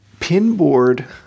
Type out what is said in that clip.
pinboard